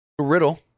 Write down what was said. Riddle